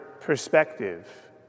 perspective